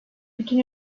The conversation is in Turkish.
bütün